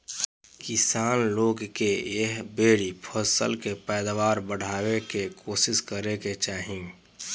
किसान लोग के एह बेरी फसल के पैदावार बढ़ावे के कोशिस करे के चाही